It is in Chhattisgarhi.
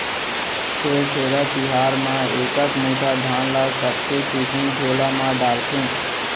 छेरछेरा तिहार म एकक मुठा धान ल सबके टुकनी झोला म डारथे